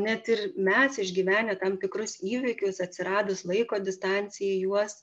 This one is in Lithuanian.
net ir mes išgyvenę tam tikrus įvykius atsiradus laiko distancijai juos